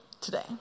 today